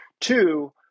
Two